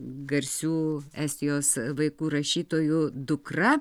garsių estijos vaikų rašytojų dukra